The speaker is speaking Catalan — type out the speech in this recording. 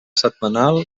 setmanal